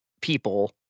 people